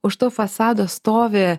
už to fasado stovi